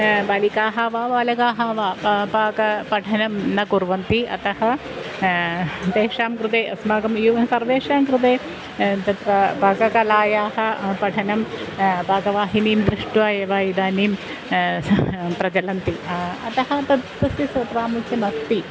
बालिकाः वा बालकाः वा पा पाकपठनं न कुर्वन्ति अतः तेषां कृते अस्माकं यु सर्वेषां कृते तत् पाककलायाः पठनं पाकवाहिनीं दृष्ट्वा एव इदानीं प्रचलन्ति अतः तत् तस्य श्रोत्रामुख्यमस्ति